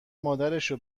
مادرشو